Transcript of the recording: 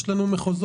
יש לנו מחוזות,